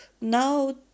now